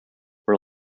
were